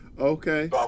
Okay